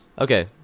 okay